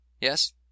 Yes